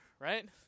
right